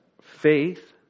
faith